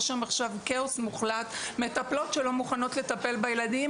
יש שם עכשיו כאוס מוחלט ומטפלות שלא מוכנות לטפל בילדים